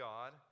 God